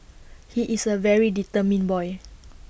he is A very determined boy